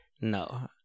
No